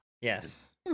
Yes